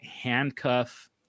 handcuff